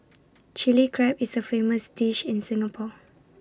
Chilli Crab is A famous dish in Singapore